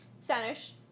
Spanish